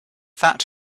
that